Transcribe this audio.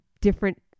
different